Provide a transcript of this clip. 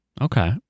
okay